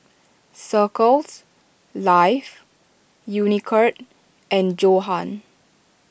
Circles Life Unicurd and Johan